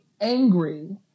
angry